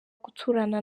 guturana